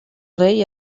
rei